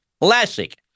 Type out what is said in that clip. Classic